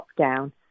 lockdown